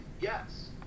Yes